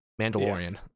Mandalorian